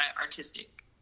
artistic